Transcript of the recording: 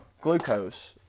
glucose